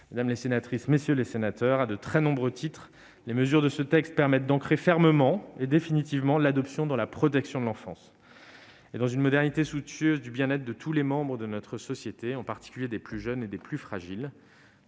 Mesdames, messieurs les sénateurs, à de très nombreux titres, les mesures du texte permettent d'ancrer fermement et définitivement l'adoption dans la protection de l'enfance et dans une modernité soucieuse du bien-être de tous les membres de notre société, en particulier des plus jeunes et des plus fragiles.